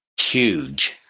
huge